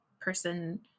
person